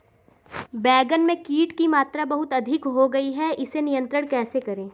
बैगन में कीट की मात्रा बहुत अधिक हो गई है इसे नियंत्रण कैसे करें?